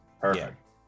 perfect